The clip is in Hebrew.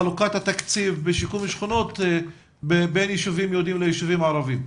חלוקת התקציב בשיקום שכונות בין ישובים יהודים לערבים.